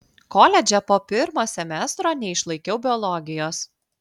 koledže po pirmo semestro neišlaikiau biologijos